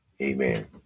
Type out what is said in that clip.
Amen